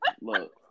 look